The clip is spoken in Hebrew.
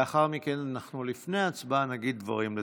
לאחר מכן, לפני ההצבעה, אנחנו נגיד דברים לזכרו.